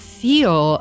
feel